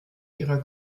ihrer